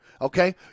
Okay